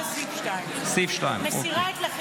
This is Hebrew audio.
נעבור לסעיף 2. סעיף 2, אוקיי.